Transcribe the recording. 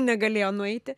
negalėjo nueiti